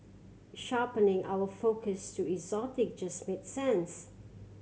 sharpening our focus to exotic just made sense